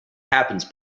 happens